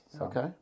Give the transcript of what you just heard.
Okay